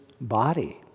body